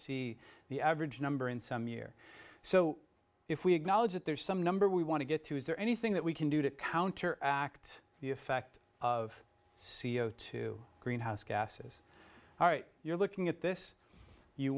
c the average number in some year so if we acknowledge that there's some number we want to get to is there anything that we can do to counter act the effect of c o two greenhouse gases all right you're looking at this you